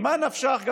ממה נפשך,